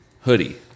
hoodie